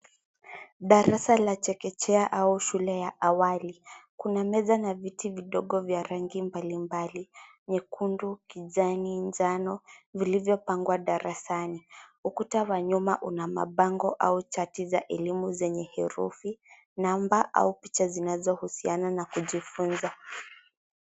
Darasa la chekechea au shule ya awali. Kuna meza na viti vidogo vya rangi mbalimbali, nyekundu, kijani , njano vilivyopangwa darasani. Ukuta wa nyuma una mabango au chati za elimu zenye herufi, namba au picha zinazohusiana na kujifunza.